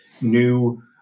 new